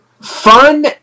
fun